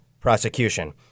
prosecution